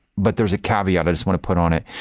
but there's a caveat i just want to put on it.